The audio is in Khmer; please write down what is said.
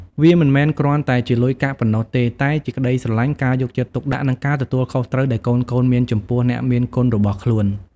វាមិនមែនគ្រាន់តែជាលុយកាក់ប៉ុណ្ណោះទេ តែជាក្ដីស្រឡាញ់ ការយកចិត្តទុកដាក់ និងការទទួលខុសត្រូវដែលកូនៗមានចំពោះអ្នកមានគុណរបស់ខ្លួន។